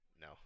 No